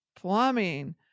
plumbing